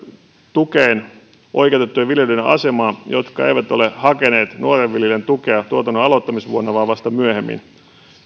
tukeen oikeutettujen viljelijöiden asemaa jotka eivät ole hakeneet nuoren viljelijän tukea tuotannon aloittamisvuonna vaan vasta myöhemmin